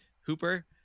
hooper